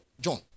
John